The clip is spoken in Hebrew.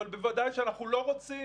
אבל בוודאי שאנחנו לא רוצים,